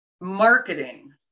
marketing